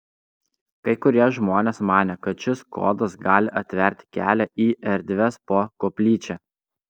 kai kurie žmonės manė kad šis kodas gali atverti kelią į erdves po koplyčia